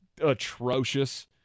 atrocious